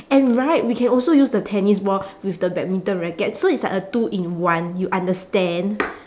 and right we can also use the tennis ball with the badminton racket so it's like a two in one you understand